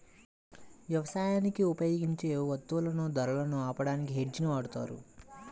యవసాయానికి ఉపయోగించే వత్తువుల ధరలను ఆపడానికి హెడ్జ్ ని వాడతారు